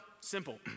Simple